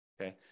okay